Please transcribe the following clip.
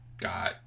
got